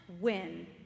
win